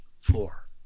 four